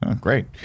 Great